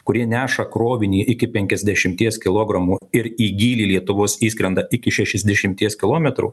kurie neša krovinį iki penkiasdešimties kilogramų ir į gylį lietuvos įskrenda iki šešiasdešimties kilometrų